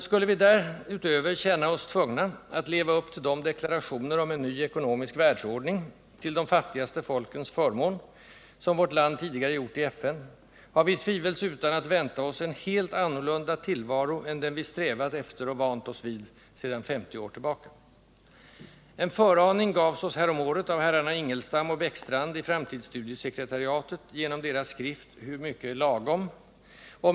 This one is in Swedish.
Skulle vi därutöver känna oss tvungna att leva upp till de deklarationer om en ny ekonomisk världsordning -— till de fattigaste folkens förmån — som vårt land tidigare gjort i FN, har vi tvivelsutan att vänta oss en helt annorlunda tillvaro än den vi strävat efter och vant oss vid, sedan 50 år tillbaka. En föraning gavs oss häromåret av herrarna Ingelstam och Bäckstrand i framtidsstudiesekretariatet genom deras skrift ”Hur mycket är lagom?”.